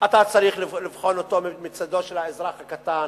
אתה צריך לבחון אותו מצדו של האזרח הקטן,